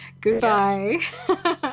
Goodbye